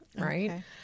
Right